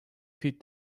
feed